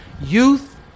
Youth